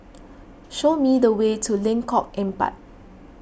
show me the way to Lengkok Empat